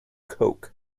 coke